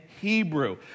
Hebrew